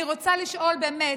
אני רוצה לשאול באמת,